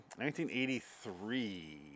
1983